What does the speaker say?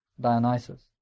Dionysus